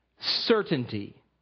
Certainty